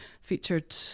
featured